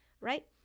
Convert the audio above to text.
right